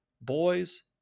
boys